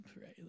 right